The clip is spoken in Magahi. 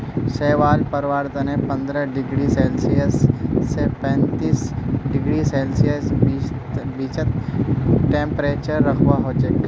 शैवाल पलवार तने पंद्रह डिग्री सेल्सियस स पैंतीस डिग्री सेल्सियसेर बीचत टेंपरेचर रखवा हछेक